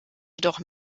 jedoch